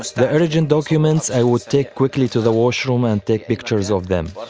ah the urgent documents, i would take quickly to the washroom and take pictures of them,